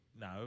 no